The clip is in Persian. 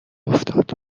افتاد